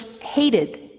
hated